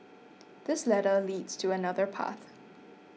this ladder leads to another path